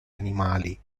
animali